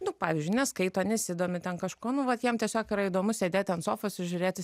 nu pavyzdžiui neskaito nesidomi ten kažkuo nu vat jiem tiesiog yra įdomu sėdėt ant sofos ir žiūrėti